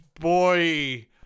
boy